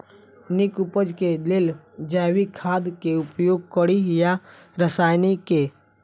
नीक उपज केँ लेल जैविक खाद केँ उपयोग कड़ी या रासायनिक केँ?